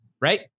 Right